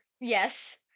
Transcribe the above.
Yes